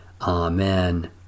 Amen